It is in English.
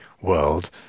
world